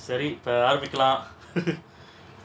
சரி இப்போ ஆரம்பிக்கலாம்:sari ippo arambikalaam